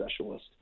specialist